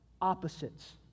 opposites